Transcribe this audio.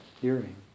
hearing